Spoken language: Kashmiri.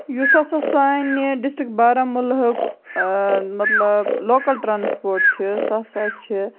یُس ہَسا سانہِ ڈِسٹِرک بارہمولہٕک مطلب لوکَل ٹرٛانٛسپوٹ چھُ سُہ ہَسا چھِ